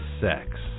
Sex